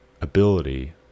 ability